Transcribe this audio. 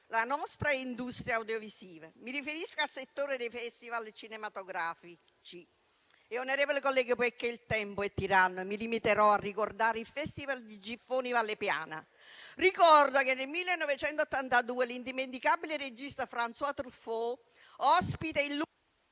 la nostra industria audiovisiva. Mi riferisco al settore dei festival cinematografici. Onorevoli colleghi, poiché il tempo è tiranno, mi limiterò a ricordare il festival di Giffoni Valle Piana. Ricordo che nel 1982, l'indimenticabile regista François Truffaut, ospite